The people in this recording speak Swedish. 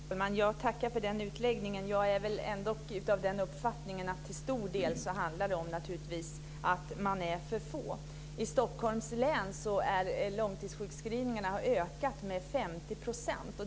Herr talman! Jag tackar för den utläggningen. Jag är ändå av den uppfattningen att det till stor del naturligtvis handlar om att man är för få. I Stockholms län har långtidssjukskrivningarna ökat med 50 %.